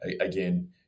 Again